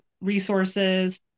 resources